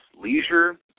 leisure